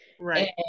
Right